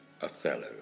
Othello